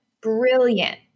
Brilliant